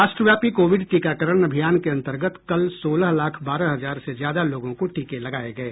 राष्ट्रव्यापी कोविड टीकाकरण अभियान के अंतर्गत कल सोलह लाख बारह हजार से ज्यादा लोगों को टीके लगाये गये